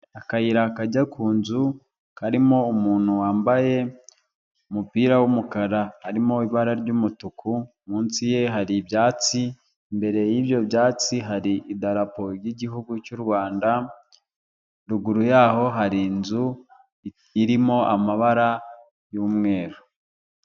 Akayira kajya ku nzu karimo umuntu wambaye umupira w'umukara harimo ibara ry'umutuku, munsi ye hari ibyatsi, imbere y'ibyo byatsi hari idarapo ry'igihugu cy'u Rwanda ruguru yaho hari inzu irimo amabara y'umweru.